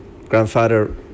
grandfather